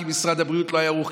כי משרד הבריאות לא היה ערוך,